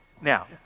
Now